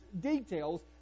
details